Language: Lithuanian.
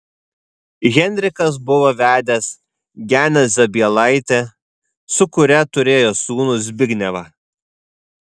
henrikas buvo vedęs genę zabielaitę su kuria turėjo sūnų zbignevą